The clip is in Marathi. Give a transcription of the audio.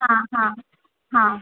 हा हा हा